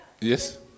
Yes